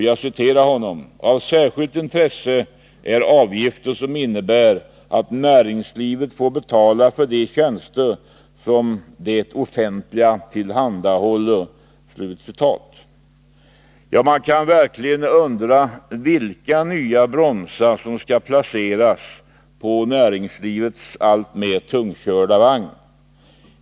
Jag citerar honom: ”Av särskilt intresse är avgifter som innebär att näringslivet får betala för de tjänster som det offentliga tillhandahåller.” Man kan undra vilka nya bromsar som skall placeras på näringslivets alltmer tungkörda vagn.